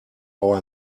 our